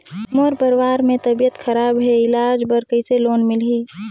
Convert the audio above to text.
मोर परवार मे तबियत खराब हे इलाज बर कइसे लोन मिलही?